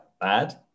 bad